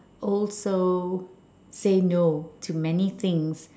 also say no to many things